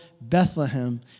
Bethlehem